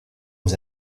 aux